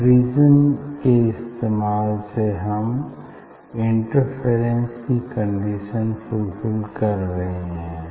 biprism के इस्तेमाल से हम इंटरफेरेंस की कंडीशन फुलफिल कर रहे हैं